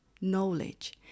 knowledge